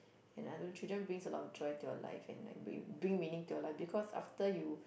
and I know children brings a lot of joy to your life and like bring bring meaning to your life because after you